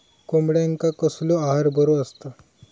कोंबड्यांका कसलो आहार बरो असता?